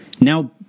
Now